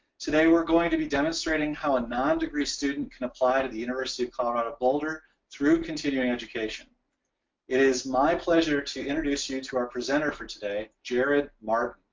today we're going to be demonstrating how a non-degree student can apply to the university of colorado boulder through continuing education. it is my pleasure to introduce you to our presenter for today jared martin.